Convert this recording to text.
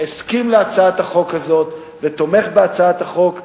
הסכים להצעת החוק הזאת ותומך בהצעת החוק,